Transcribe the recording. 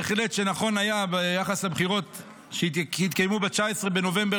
ביחס לבחירות שיתקיימו ב-19 בנובמבר